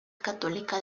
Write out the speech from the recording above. católica